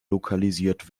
lokalisiert